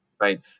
right